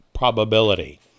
probability